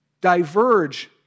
diverge